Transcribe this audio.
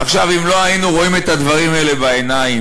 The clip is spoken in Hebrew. עכשיו, אם לא היינו רואים את הדברים האלה בעיניים,